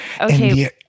Okay